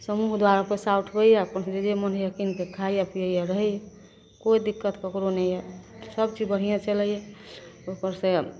समूह द्वारा पइसा उठबैए अपन जे जे मोन होइए किनिके खाइए पियैए रहैए कोइ दिक्कत ककरो नहि यऽ सबचीज बढ़िएँ चलैए उपरसे